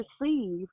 receive